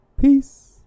Peace